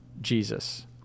Jesus